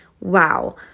wow